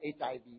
HIV